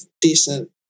decent